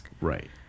Right